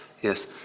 Yes